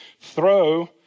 throw